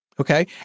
Okay